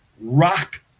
rock